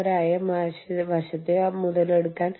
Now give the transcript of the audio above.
ഉദാഹരണത്തിന് ഒരു salmon burger ഇന്ത്യയിൽ വിലമതിക്കില്ലായിരിക്കാം